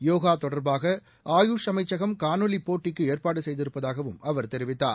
யோகா தொடர்பாக ஆயூஷ் அமைச்சகம் காணொலி போட்டிக்கு ஏற்பாடு செய்திருப்பதாகவும் அவர் தெரிவித்தார்